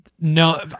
No